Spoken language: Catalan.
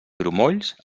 grumolls